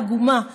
העגומה,